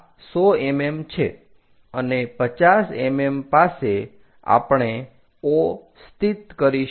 આ 100 mm છે અને 50 mm પાસે આપણે O સ્થિત કરીશું